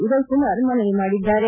ಉದಯಕುಮಾರ್ ಮನವಿ ಮಾಡಿದ್ದಾರೆ